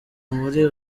muri